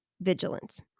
vigilance